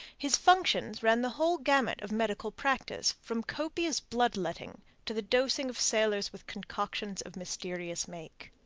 his functions ran the whole gamut of medical practice from copious blood-letting to the dosing of sailors with concoctions of mysterious make.